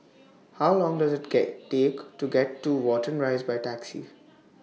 How Long Does IT get Take to get to Watten Rise By Taxi